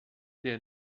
der